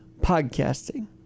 Podcasting